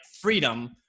freedom